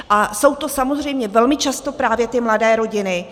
A jsou to samozřejmě velmi často právě ty mladé rodiny.